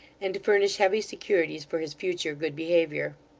and to furnish heavy securities for his future good behaviour.